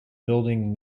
building